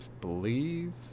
believe